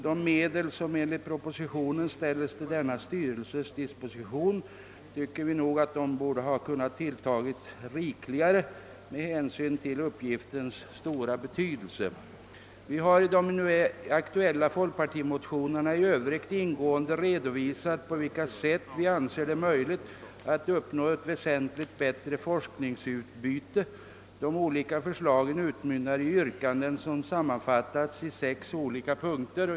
De medel som enligt propositionen skall ställas till styrelsens disposition anser vi borde ha tilltagits rikligare med hänsyn till uppgifternas stora betydelse. Vi har i våra motioner ingående redovisat på vad sätt vi anser det vara möjligt att uppnå ett väsentligt bättre utbyte av forskningen. Motionerna utmynnar i yrkanden som sammanfattats i sex punkter.